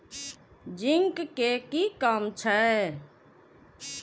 Zinc के कि काम छै?